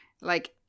Like-